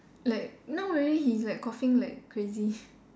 like now already he's like coughing like crazy